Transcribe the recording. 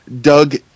Doug